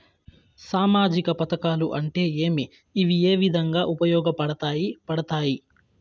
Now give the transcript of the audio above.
సామాజిక పథకాలు అంటే ఏమి? ఇవి ఏ విధంగా ఉపయోగపడతాయి పడతాయి?